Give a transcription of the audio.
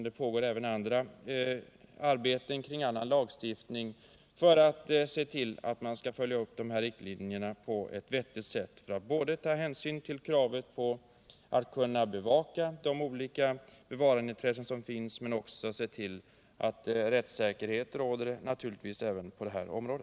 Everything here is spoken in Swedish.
Det pågår också arbete kring annan lagstiftning för att följa upp riktlinjerna på ett vettigt sätt och att då både ta hänsyn till kravet på att kunna bevaka befintliga bevarandeintressen och samtidigt se till att rättssäkerhet råder också på detta område.